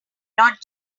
not